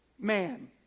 man